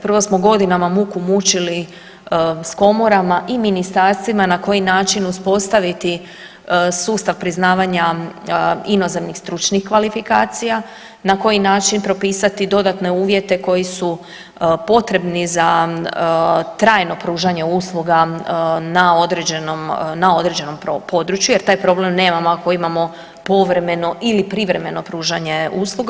Prvo smo godinama muku mučili s komorama i ministarstvima na koji način uspostaviti sustav priznavanja inozemnih stručnih kvalifikacija, na koji način propisati dodatne uvjete koji su potrebni za trajno pružanje usluga na određenom području jer taj problem nemamo ako imamo povremeno ili privremeno pružanje usluga.